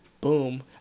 boom